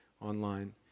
online